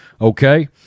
Okay